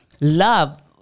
love